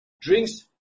drinks